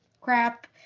crap